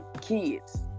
kids